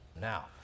Now